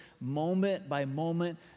moment-by-moment